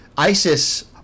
ISIS